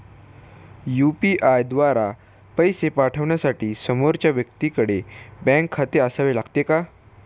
UPI द्वारा पैसे पाठवण्यासाठी समोरच्या व्यक्तीकडे बँक खाते असावे लागते का?